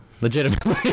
legitimately